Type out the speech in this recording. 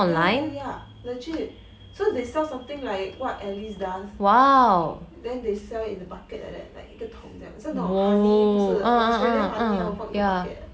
ya ya ya legit so they sell something like what alice does then they sell in a bucket like that like 一个桶这样 so 那种 honey 不是 australian honey 要放一个 bucket